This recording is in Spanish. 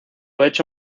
hecho